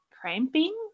cramping